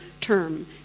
term